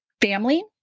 family